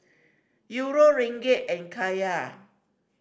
Euro Ringgit and Kyat